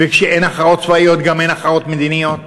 וכשאין הכרעות צבאיות, גם אין הכרעות מדיניות.